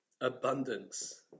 abundance